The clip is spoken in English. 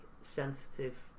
sensitive